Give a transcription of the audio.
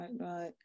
right